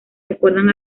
recuerdan